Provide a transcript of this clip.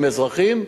עם אזרחים,